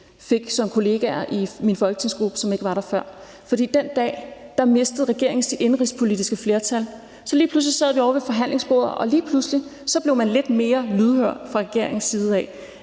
som kollegaer i min folketingsgruppe, som ikke var der før. For den dag mistede regeringen sit indenrigspolitiske flertal. Så sad vi ovre ved forhandlingsbordet, og lige pludselig blev man lidt mere lydhør fra regeringens side.